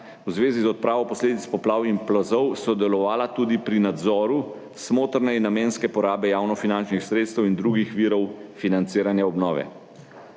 v zvezi z odpravo posledic poplav in plazov sodelovala tudi pri nadzoru smotrne in namenske porabe javnofinančnih sredstev in drugih virov financiranja obnove.